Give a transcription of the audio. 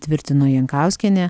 tvirtino jankauskienė